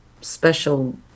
special